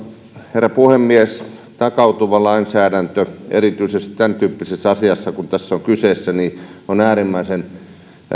herra puhemies takautuvassa lainsäädännössä erityisesti tämän tyyppisessä asiassa kuin tässä on kyseessä on äärimmäisen